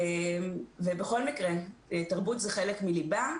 בכל מקרה תרבות זה חלק מליבה,